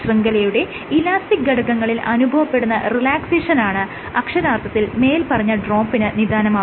ശൃംഖലയുടെ ഇലാസ്റ്റിക് ഘടകങ്ങളിൽ അനുഭവപ്പെടുന്ന റിലാക്സേഷനാണ് അക്ഷരാർത്ഥത്തിൽ മേല്പറഞ്ഞ ഡ്രോപ്പിന് നിധാനമാകുന്നത്